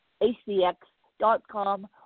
ACX.com